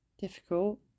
difficult